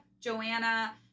Joanna